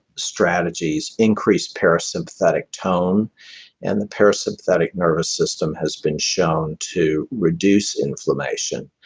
strategies, increased parasympathetic tone and the parasympathetic nervous system has been shown to reduce inflammation.